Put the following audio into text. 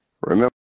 Remember